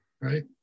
right